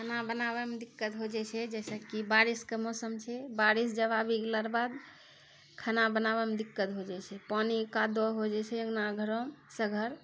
खाना बनाबयमे दिक्कत भऽ जाइ छै जाहिसँ कि बारिशके मौसम छै बारिश जब आबै छै तऽ भिगलाके बाद खाना बनाबयमे दिक्कत भऽ जाइ छै पानि कादो हो जाइ छै अङ्गना घरसँ घर